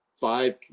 five